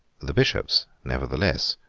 the bishops, nevertheless,